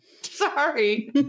Sorry